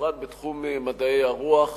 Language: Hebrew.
בפרט בתחום מדעי הרוח.